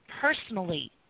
personally